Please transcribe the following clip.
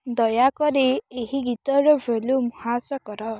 ଦୟାକରି ଏହି ଗୀତର ଭଲ୍ୟୁମ୍ ହ୍ରାସ କର